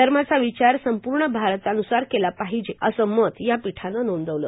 धर्माचा विचार संपूर्ण भारतान्सार केला पाहिजे असं मत या पीठानं नोंदवलं